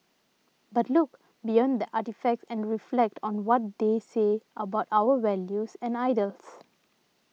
but look beyond the artefacts and reflect on what they say about our values and ideals